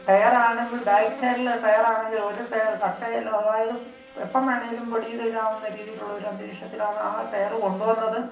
ടയറാണെങ്കിൽ back സൈഡിലെ ടയറാണെങ്കിലൊരു tyre കട്ട എല്ലാം ആയതും എപ്പോള് വേണേലും ഒടിഞ്ഞ് വീഴാവുന്ന രീതിയിലുള്ളൊരന്തരീക്ഷത്തിലാണാ ടയര് കൊണ്ടുവന്നത്